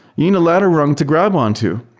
you need a ladder rung to grab on to.